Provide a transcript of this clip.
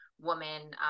woman